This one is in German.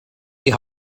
die